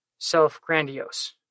self-grandiose